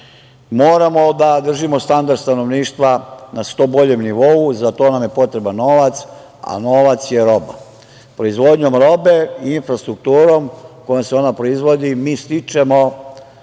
godina. Moramo da držimo standard stanovništva na što boljem nivou. Za to nam je potreban novac, a novac je roba. Proizvodnjom robe i infrastrukturom kojom se ona proizvodi mi stičemo